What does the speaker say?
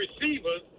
receivers